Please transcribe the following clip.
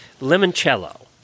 limoncello